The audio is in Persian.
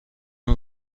این